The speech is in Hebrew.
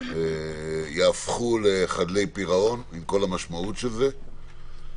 יהפכו לחדלי פירעון, עם כל המשמעות של זה.